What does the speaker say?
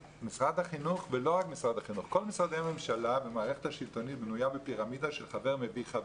כל משרדי הממשלה במערכת השלטונית בנויים בפירמידה של "חבר מביא חבר".